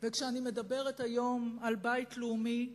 כשאני מדברת היום על בית לאומי,